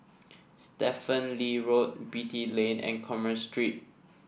Stephen Lee Road Beatty Lane and Commerce Street